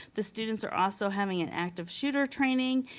the students are also having an active shooter training